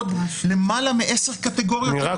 בעוד למעלה מעשר קטגוריות.